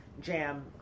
jam